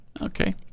okay